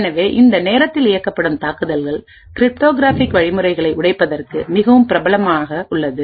எனவே இந்த நேரத்தில் இயக்கப்படும் தாக்குதல்கள் கிரிப்டோகிராஃபிக் வழிமுறைகளை உடைப்பதற்கு மிகவும் பிரபலமாக உள்ளன